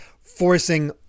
forcing